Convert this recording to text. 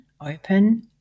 open